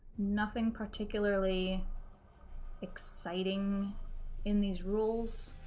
nothing particularly exciting in these rules.